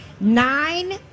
Nine